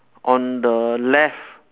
on the left